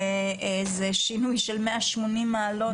ושינוי של 180 מעלות